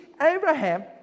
Abraham